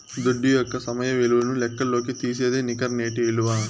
దుడ్డు యొక్క సమయ విలువను లెక్కల్లోకి తీసేదే నికర నేటి ఇలువ